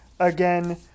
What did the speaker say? again